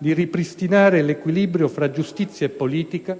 di ripristinare l'equilibrio fra giustizia e politica